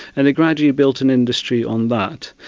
and they gradually built an industry on that.